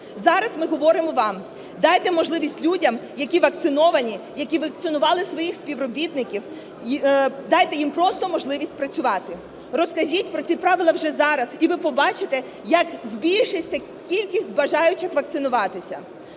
Зараз ми говоримо вам: дайте можливість людям, які вакциновані, які вакцинували своїх співробітників, дайте їм просто можливість працювати, розкажіть про ці правила вже зараз і ви побачите, як збільшиться кількість бажаючих вакцинуватися.